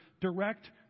direct